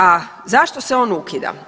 A zašto se on ukida?